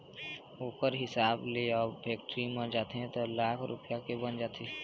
ओखर हिसाब ले अब फेक्टरी म जाथे त लाख रूपया के बन जाथे